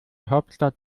hauptstadt